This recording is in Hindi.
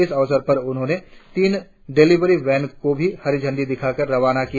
इस अवसर पर उन्होंने तीन डिलिवरी वेन को भी हरी झंडी दिखाकर रवाना किया